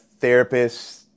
therapists